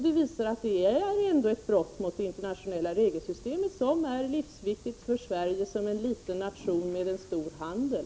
Det visar att detta ändå är ett brott mot det internationella regelsystemet, som är livsviktigt för Sverige som en liten nation med en stor handel.